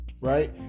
right